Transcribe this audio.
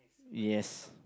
yes